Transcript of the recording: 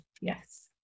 yes